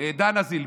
דנה זילבר,